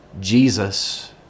Jesus